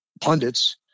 pundits